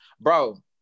bro